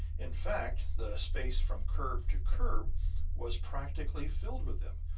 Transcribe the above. in fact, the space from curb to curb was practically filled with them,